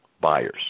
buyers